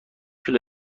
کیلو